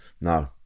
No